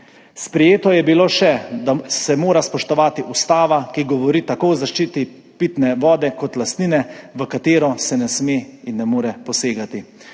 Sprejeto je bilo še, da se mora spoštovati ustava, ki govori tako o zaščiti pitne vode kot lastnine, v katero se ne sme in ne more posegati.